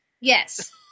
yes